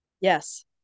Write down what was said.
Yes